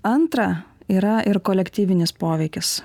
antra yra ir kolektyvinis poveikis